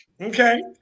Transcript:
Okay